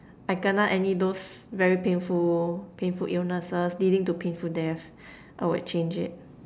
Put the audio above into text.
I kena any those very painful painful illnesses leading to painful death I would change it